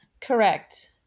Correct